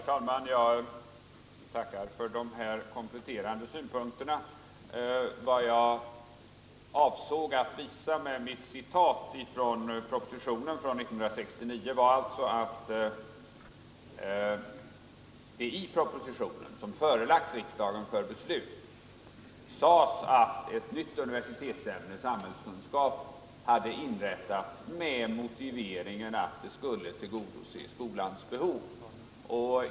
Herr talman! Jag tackar för dessa kompletterande synpunkter. Vad jag avsåg att visa med mitt citat från propositionen år 1969 var alltså att det i denna, som förelagts riksdagen för beslut, sades att ett nytt universitetsämne, samhällskunskap, hade inrättats med motiveringen att det skulle tillgodose skolans krav.